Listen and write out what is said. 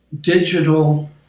digital